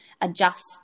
adjust